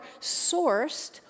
sourced